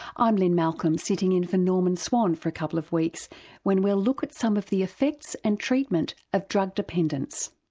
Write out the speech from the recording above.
i'm lynne malcolm sitting in for norman swan for a couple of weeks when we'll look at some of the effects and treatment of drug dependence.